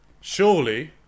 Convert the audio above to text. Surely